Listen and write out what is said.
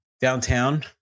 downtown